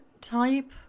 type